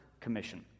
commission